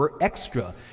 extra